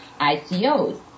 ICOs